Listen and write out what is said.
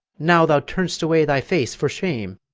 now thou turn'st away thy face for shame!